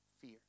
Fear